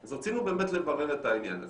אז רצינו לברר את העניין הזה.